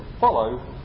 follow